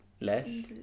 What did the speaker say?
Less